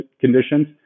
conditions